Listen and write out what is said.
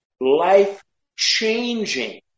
life-changing